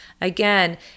Again